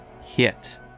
hit